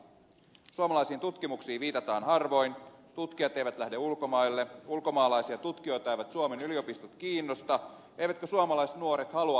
suomalaisiin tutkimuksiin viitataan harvoin tutkijat eivät lähde ulkomaille ulkomaalaisia tutkijoita eivät suomen yliopistot kiinnosta eivätkä suomalaisnuoret halua opiskella ulkomailla